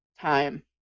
time